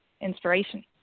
inspiration